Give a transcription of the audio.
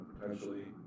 potentially